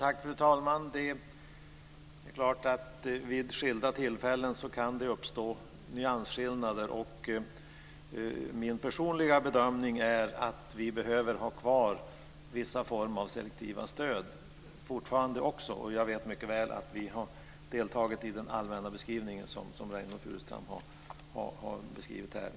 Fru talman! Det är klart att vid skilda tillfällen kan det uppstå nyansskillnader. Min personliga bedömning är att vi fortfarande behöver ha kvar vissa former av selektiva stöd. Jag vet mycket väl att vi har deltagit i den allmänna beskrivning som Reynoldh Furustrand har återgivit här.